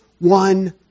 one